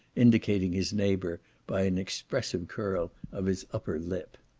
indicating his neighbour by an expressive curl of his upper lip.